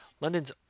London's